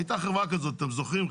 הייתה חברה כזאת, אתם זוכרים?